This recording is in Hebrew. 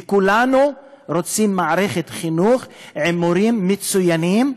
וכולנו רוצים מערכת חינוך עם מורים מצוינים,